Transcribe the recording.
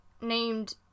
named